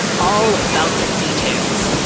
all about the details.